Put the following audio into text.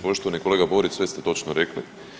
Poštovani kolega Borić sve ste točno rekli.